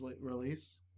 release